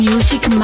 Music